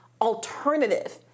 alternative